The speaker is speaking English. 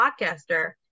podcaster